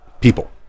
people